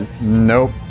nope